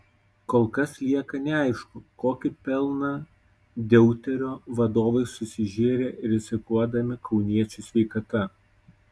kol kas lieka neaišku kokį pelną deuterio vadovai susižėrė rizikuodami kauniečių sveikata